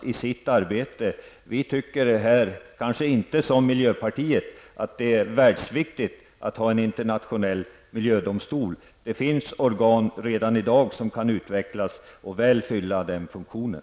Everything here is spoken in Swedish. Vi anser kanske inte på samma sätt som miljöpartiet att det är världsviktigt att ha en internationell miljömdomstol. Det finns organ redan i dag som kan utvecklas och väl fylla den funktionen.